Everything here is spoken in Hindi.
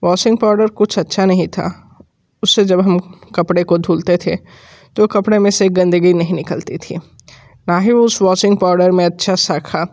वॉशिंग पाउडर कुछ अच्छा नहीं था उससे जब हम कपड़े को धुलते थे तो कपड़े में से गंदगी नहीं निकलती थी ना ही उस वॉशिंग पाउडर में अच्छा सा खा